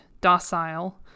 docile